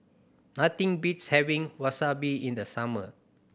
nothing beats having Wasabi in the summer